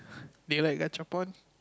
be like gachapon